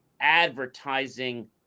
advertising